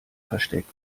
versteckt